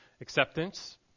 acceptance